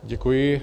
Děkuji.